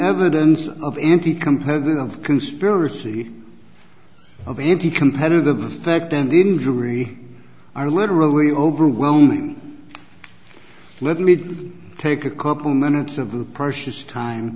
evidence of anti compared of conspiracy of anti competitive affect and injury are literally overwhelming let me take a couple minutes of the precious time